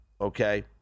Okay